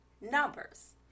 numbers